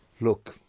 look